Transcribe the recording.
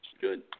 Good